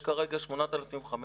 יש כרגע 8,500,